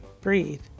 breathe